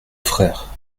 frère